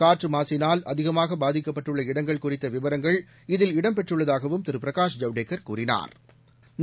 காற்று மாசினால் அதிகமாக பாதிக்கப்பட்டுள்ள இடங்கள் குறித்த விவரங்கள் இதில் இடம்பெற்றுள்ளதாகவும் திரு பிரகாஷ் ஜவடேக்கா் கூறினாா்